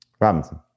Robinson